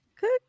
good